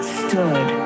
stood